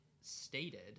stated